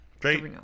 Great